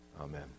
amen